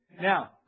Now